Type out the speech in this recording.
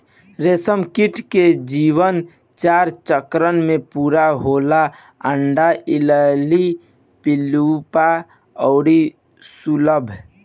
रेशमकीट के जीवन चार चक्र में पूरा होला अंडा, इल्ली, प्यूपा अउरी शलभ